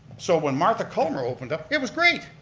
so when martha cullimore opened up it was great.